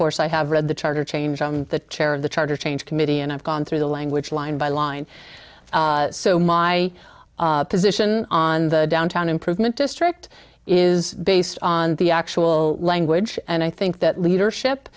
course i have read the charter change on the chair of the charter change committee and i've gone through the language line by line so my position on the downtown improvement district is based on the actual language and i think that leadership